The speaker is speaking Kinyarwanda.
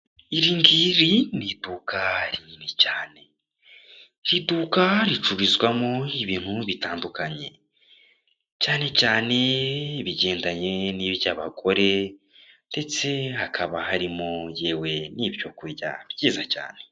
Iringiri niduka rinini cyane iriduka ricururizwamo ibintu bitandukanye cyane cyane ibijyendanye nibyabagore ndetse hakaba harimo nibyo kurya byiza cyane.